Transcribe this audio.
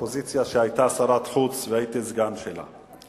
האופוזיציה שהיתה שרת חוץ והייתי סגן שלה.